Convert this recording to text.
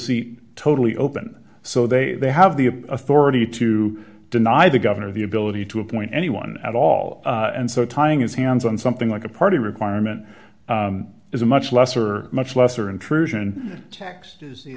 seat totally open so they have the authority to deny the governor the ability to appoint anyone at all and so tying his hands on something like a party requirement is a much lesser much lesser intrusion tax is the